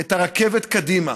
את הרכבת קדימה,